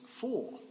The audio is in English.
four